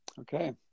Okay